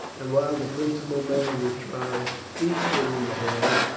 and while the principal men of the tribe feasted in the hall,